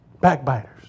Backbiters